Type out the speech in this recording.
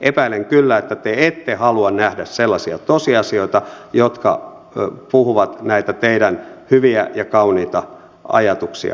epäilen kyllä että te ette halua nähdä sellaisia tosiasioita jotka puhuvat näitä teidän hyviä ja kauniita ajatuksianne vastaan